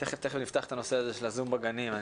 תיכף נפתח את נושא הזום בגנים.